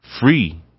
free